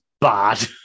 bad